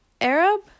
Arab